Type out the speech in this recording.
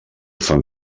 fan